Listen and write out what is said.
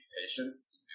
patients